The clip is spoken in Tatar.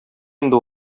инде